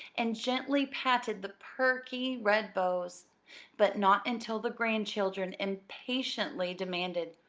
and gently patted the perky red bows but not until the grandchildren impatiently demanded,